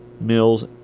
Mills